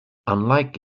unlike